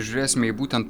žiūrėsime į būtent